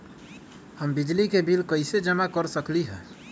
हम बिजली के बिल कईसे जमा कर सकली ह?